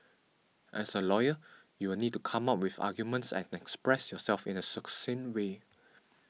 as a lawyer you'll need to come up with arguments express yourself in a succinct way